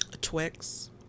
Twix